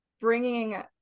bringing